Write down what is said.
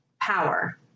Power